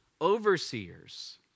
overseers